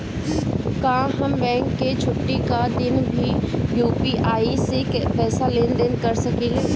का हम बैंक के छुट्टी का दिन भी यू.पी.आई से पैसे का लेनदेन कर सकीले?